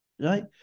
Right